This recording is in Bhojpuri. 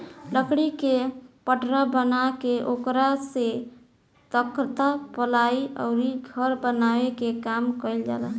लकड़ी के पटरा बना के ओकरा से तख्ता, पालाइ अउरी घर बनावे के काम कईल जाला